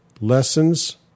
lessons